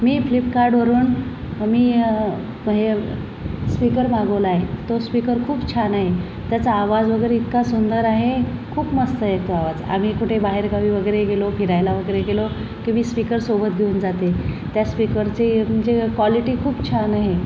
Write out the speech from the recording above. मी फ्लिपकार्डवरून मी हे स्पीकर मागवला आहे तो स्पीकर खूप छान आहे त्याचा आवाज वगैरे इतका सुंदर आहे खूप मस्त येतो आवाज आम्ही कुठे बाहेरगावी वगैरे गेलो फिरायला वगैरे गेलो की मी स्पीकर सोबत घेऊन जाते त्या स्पीकरचे म्हणजे क्वालिटी खूप छान आहे